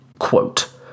Quote